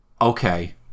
Okay